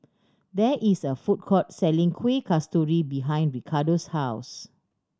there is a food court selling Kueh Kasturi behind Ricardo's house